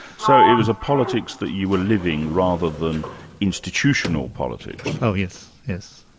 so it was a politics that you were living, rather than institutional politics? oh yes, yes.